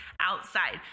outside